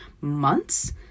months